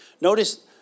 Notice